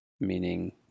meaning